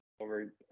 over